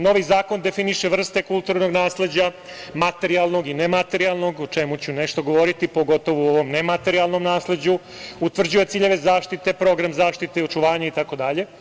Novi zakon definiše vrste kulturnog nasleđa, materijalnog i nematerijalno, a o čemu ću govoriti, pogotovo o ovom nematerijalnom nasleđu, utvrđuje ciljeve zaštite, program zaštite i očuvanja itd.